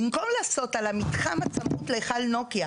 במקום לעשות על המתחם הצמוד להיכל נוקיה,